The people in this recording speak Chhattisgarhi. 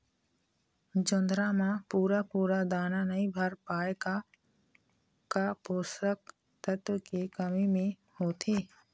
जोंधरा म पूरा पूरा दाना नई भर पाए का का पोषक तत्व के कमी मे होथे?